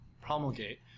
promulgate